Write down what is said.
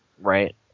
right